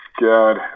God